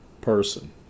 person